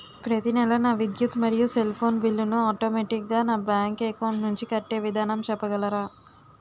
ప్రతి నెల నా విద్యుత్ మరియు సెల్ ఫోన్ బిల్లు ను ఆటోమేటిక్ గా నా బ్యాంక్ అకౌంట్ నుంచి కట్టే విధానం చెప్పగలరా?